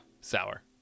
sour